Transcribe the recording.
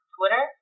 Twitter